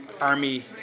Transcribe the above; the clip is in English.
army